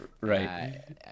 Right